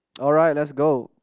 alright let's go